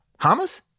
Hamas